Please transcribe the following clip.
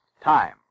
time